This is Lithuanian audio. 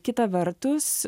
kita vertus